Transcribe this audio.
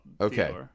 Okay